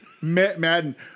Madden